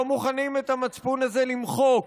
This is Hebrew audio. לא מוכנים את המצפון הזה למחוק,